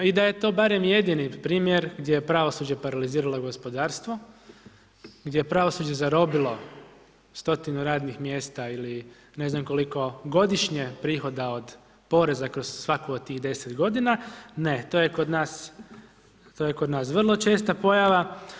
I da je to barem jedini primjer, gdje je pravosuđe paraliziralo gospodarstvo, gdje je pravosuđe zarobilo 100 radnih mjesta ili ne znam koliko godišnje prihoda poreza kroz svaku od tih 10 g. ne to je kod nas vrlo česta pojava.